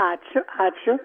ačiū ačiū